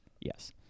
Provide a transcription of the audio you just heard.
Yes